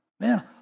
Man